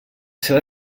seva